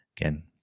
again